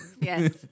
Yes